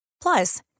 Plus